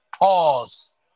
Pause